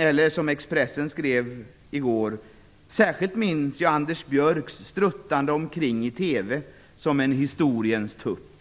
Eller som Expressen skrev i går: "Särskilt minns jag Anders Björck struttande omkring i TV som en historiens tupp."